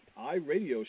iRadio